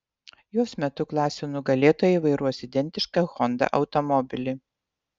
jos metu klasių nugalėtojai vairuos identišką honda automobilį